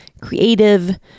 creative